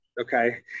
Okay